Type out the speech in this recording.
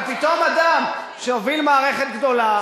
אבל פתאום אדם שהוביל מערכת גדולה,